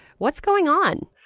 what's going on?